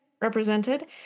represented